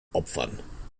opfern